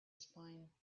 spine